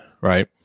right